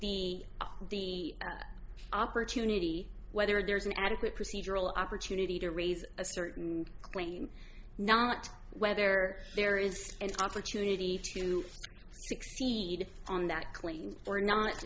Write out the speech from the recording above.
the the opportunity whether there is an adequate procedural opportunity to raise a certain claim not whether there is an opportunity to succeed on that clean or not